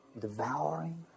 devouring